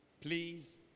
please